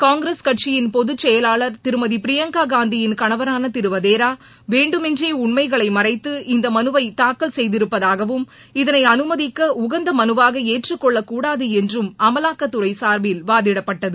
காங்கிரஸ் கட்சியின் பொதுச் செயலாளர் திருமதி பிரியங்கா காந்தியின் கணவரான திரு வதேரா வேண்டுமென்றே உண்மைகளை மறைத்து இந்த மனுவை தாக்கல் செய்திருப்பதாகவும் இதனை அனுமதிக்க உகந்த மனுவாக ஏற்றுக்கொள்ளக்கூடாது என்றும் அமலாக்கத் துறை சார்பில் வாதிடப்பட்டது